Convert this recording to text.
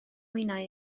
minnau